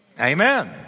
Amen